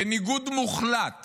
בניגוד מוחלט